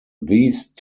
these